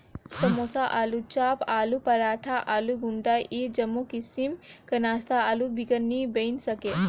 समोसा, आलूचाप, आलू पराठा, आलू गुंडा ए जम्मो किसिम कर नास्ता आलू बिगर नी बइन सके